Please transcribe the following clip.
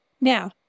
Now